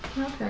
Okay